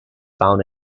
found